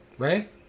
Right